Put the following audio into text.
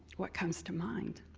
what comes to mind?